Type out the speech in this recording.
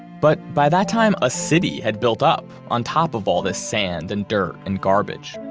but by that time a city had built up on top of all this sand and dirt and garbage.